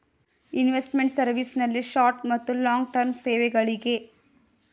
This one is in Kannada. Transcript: ಇನ್ವೆಸ್ಟ್ಮೆಂಟ್ ಸರ್ವಿಸ್ ನಲ್ಲಿ ಶಾರ್ಟ್ ಮತ್ತು ಲಾಂಗ್ ಟರ್ಮ್ ಸೇವೆಗಳಿಗೆ